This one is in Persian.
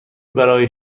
برای